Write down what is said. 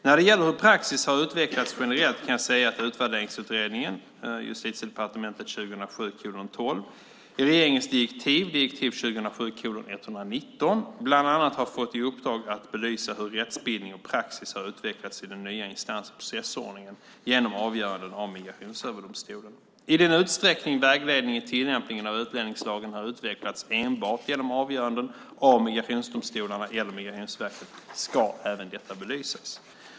När det gäller hur praxis har utvecklats generellt kan jag säga att Utvärderingsutredningen i regeringens direktiv bland annat har fått i uppdrag att belysa hur rättsbildning och praxis har utvecklats i den nya instans och processordningen genom avgöranden av Migrationsöverdomstolen. I den utsträckning vägledning i tillämpningen av utlänningslagen har utvecklats enbart genom avgöranden av migrationsdomstolarna eller Migrationsverket ska även detta belysas.